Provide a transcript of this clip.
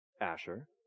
Asher